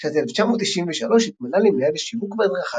בשנת 1993 התמנה למנהל השיווק וההדרכה